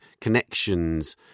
connections